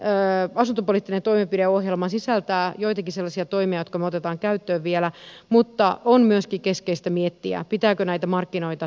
hallitusohjelma asuntopoliittinen toimenpideohjelma sisältää joitakin sellaisia toimia jotka me otamme käyttöön vielä mutta on myöskin keskeistä miettiä pitääkö näitä markkinoita tehostaa esimerkiksi käynnistysavustuksella